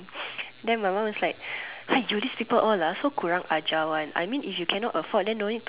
then my mum is like !aiyo! this people all so kurang ajar [one] I mean if you cannot afford then don't need to